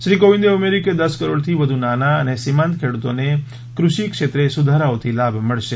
શ્રી કોવિંદે ઉમેર્યું કે દસ કરોડથી વધુ નાના અને સીમાંત ખેડુતોને કૃષિ ક્ષેત્રે સુધારાઓથી લાભ મળશે